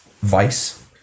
Vice